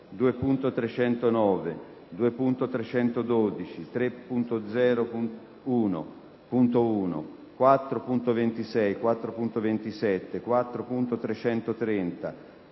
2.309, 2.312, 3.0.1, 4.26, 4.27, 4.330,